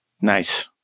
Nice